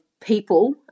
people